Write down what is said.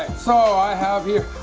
so i have you